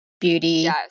beauty